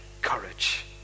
courage